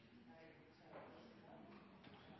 nei,